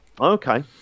Okay